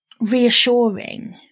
reassuring